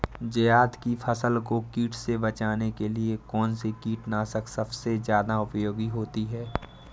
जायद की फसल को कीट से बचाने के लिए कौन से कीटनाशक सबसे ज्यादा उपयोगी होती है?